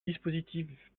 dispositif